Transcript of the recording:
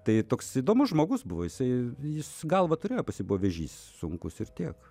tai toks įdomus žmogus buvo jisai jis galvą turėjo pas jį buvo vėžys sunkus ir tiek